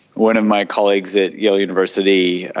one of my colleagues at yale university,